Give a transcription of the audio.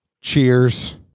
Cheers